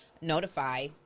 notify